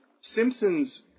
Simpson's